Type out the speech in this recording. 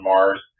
Mars